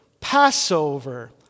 Passover